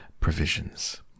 provisions